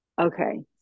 Okay